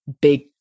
big